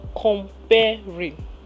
comparing